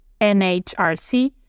NHRC